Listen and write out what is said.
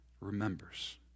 remembers